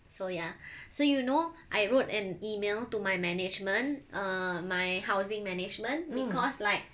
so ya so you know I wrote an email to my management err my housing management because like